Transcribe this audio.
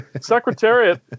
secretariat